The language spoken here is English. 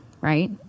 right